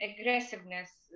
aggressiveness